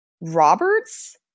Roberts